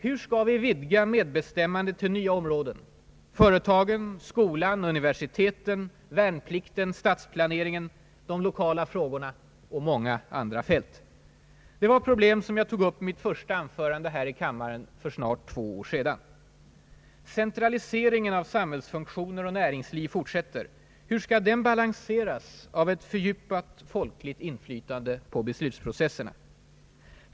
Hur skall vi vidga medbestämmandet till nya områden: företagen, skolan, universiteten, värnplikten, stadsplaneringen, de lokala frågorna och många andra fält? Det är problem som jag tog upp i mitt första anförande här i kammaren för snart två år sedan. Centraliseringen av samhällsfunktioner och näringsliv fortsätter — hur skall den balanseras av ett fördjupat folkligt inflytande på beslutspro cesserna?